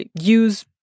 use